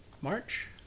March